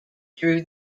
drew